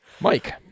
Mike